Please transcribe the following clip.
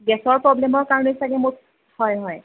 গেছৰ প্ৰব্লেমৰ কাৰণে চাগে মোক হয় হয়